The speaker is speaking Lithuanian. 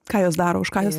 ką jos daro už ką jos